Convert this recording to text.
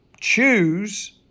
choose